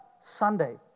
Sunday